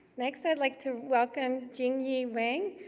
next, i'd like to welcome jingyi wang,